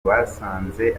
basanze